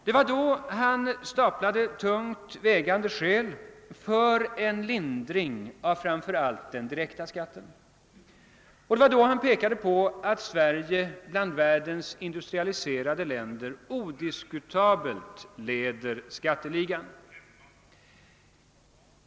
Det var då han saknade tungt vägande skäl för en lindring av framför allt den direkta skatten. Det var då han pekade på, att Sverige bland världens industrialiserade länder odiskutabelt leder skatteligan.